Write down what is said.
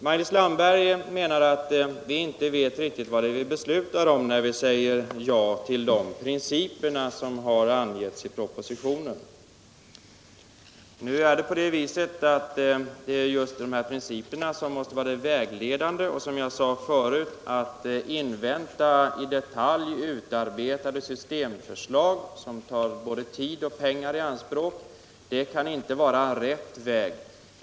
Maj-Lis Landberg menar att vi inte vet riktigt vad vi beslutar om när vi säger ja till de principer som har angivits i propositionen. Emellertid är det just principerna som måste vara vägledande. Att invänta i detalj utarbetade systemförslag som tar både tid och pengar i anspråk kan, som jag sade förut, inte vara rätt väg.